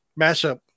mashup